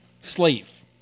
Slave